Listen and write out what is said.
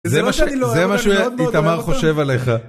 זה מה שאיתמר חושב עליך.